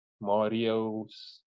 mario's